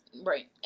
Right